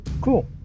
Cool